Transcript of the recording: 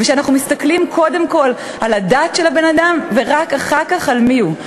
ושאנחנו מסתכלים קודם כול על הדת של הבן-אדם ורק אחר כך על מי הוא.